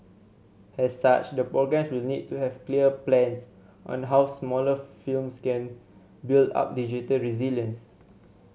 as such the programme will need to have clear plans on how smaller firms can build up digital resilience